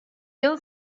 yıl